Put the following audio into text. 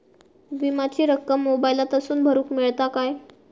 विमाची रक्कम मोबाईलातसून भरुक मेळता काय?